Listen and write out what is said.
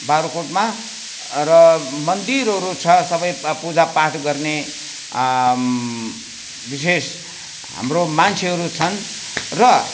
बाग्राकोटमा र मन्दिरहरू छ सबै पूजा पाठ गर्ने विशेष हाम्रो मान्छेहरू छन् र